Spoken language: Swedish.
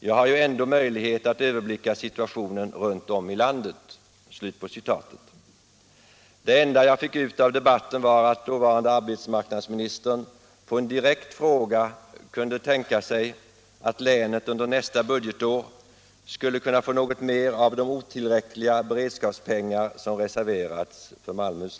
Jag har ju ändå möjlighet att överblicka situationen runt om i landet.” Det enda jag fick ut av debatten var att dåvarande arbetsmarknadsministern på en direkt fråga svarade att han kunde tänka sig att länet under nästa budgetår skulle kunna få något mer än de otillräckliga beredskapspengar som reserverats för länet.